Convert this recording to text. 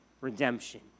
redemption